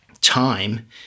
time